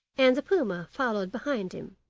and the puma followed behind him.